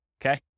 Okay